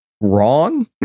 wrong